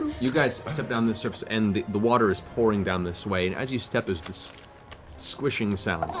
you guys step down this surface, and the water is pouring down this way, and as you step, there's this squishing sound.